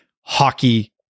hockey